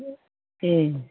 ए